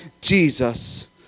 Jesus